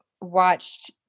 watched